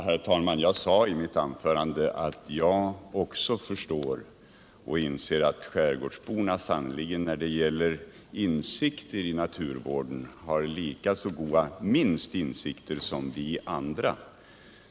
Herr talman! Jag sade i mitt anförande att jag också förstår att skärgårdsborna har minst lika god insikt i naturvården som vi andra.